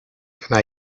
can